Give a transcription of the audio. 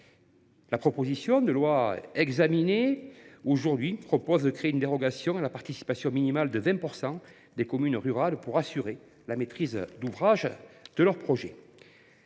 La proposition de loi examinée aujourd’hui tend à créer une dérogation à la participation minimale de 20 % des communes rurales pour assurer la maîtrise d’ouvrage de leurs projets.